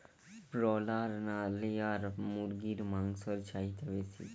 Broiler না layer মুরগির মাংসর চাহিদা বেশি?